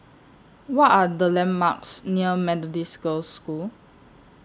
What Are The landmarks near Methodist Girls' School